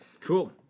Cool